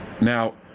Now